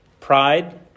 pride